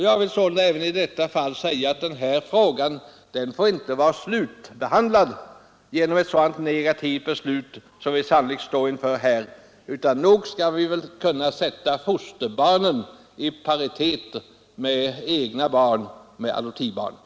Jag vill sålunda framhålla att den här frågan inte får vara slutbehandlad genom ett så negativt beslut som den sannolikt står inför, utan nog skall vi kunna sätta fosterbarn i paritet med biologiska barn och adoptivbarn.